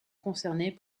concernés